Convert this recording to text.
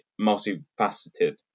multifaceted